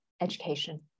education